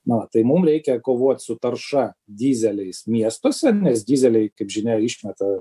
na tai mum reikia kovot su tarša dyzeliais miestuose nes dyzeliai kaip žinia išmeta